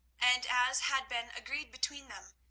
and as had been agreed between them,